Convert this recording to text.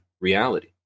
reality